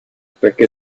perchè